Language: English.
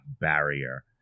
barrier